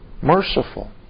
merciful